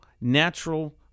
natural